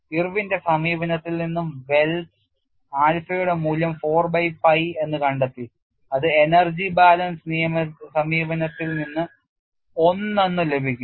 ഇർവിന്റെ സമീപനത്തിൽ നിന്ന് വെൽസ് ആൽഫയുടെ മൂല്യം 4 ബൈ പൈ എന്ന് കണ്ടെത്തി അത് എനർജി ബാലൻസ് സമീപനത്തിൽ നിന്ന് ഒന്ന് എന്ന് ലഭിക്കും